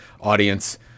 audience